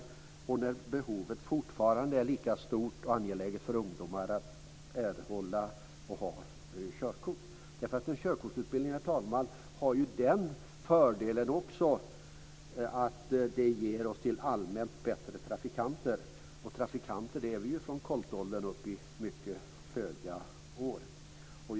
Men behovet att erhålla och ha körkort är fortfarande lika stort och angeläget för ungdomar. En körkortsutbildning, herr talman, har ju den fördelen också att den ger oss allmänt bättre trafikanter, och trafikanter är vi från koltåldern upp i mycket hög ålder.